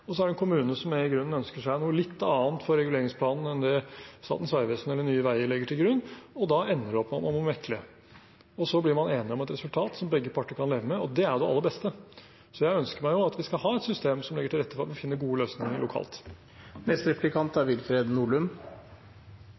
og en kommune som i grunnen ønsker seg noe litt annet for reguleringsplanen enn det Statens vegvesen eller Nye Veier legger til grunn. Da ender det opp med at man må mekle. Så blir man enig om et resultat som begge parter kan leve med, og det er jo det aller beste. Jeg ønsker at vi skal ha et system som legger til rette for at man finner gode løsninger lokalt. Jeg merket meg med interesse statsrådens innlegg og for så vidt den replikkvekslingen man hadde nå. Det er